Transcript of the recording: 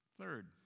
Third